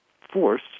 force